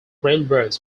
railroads